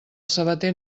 sabater